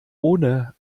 ohne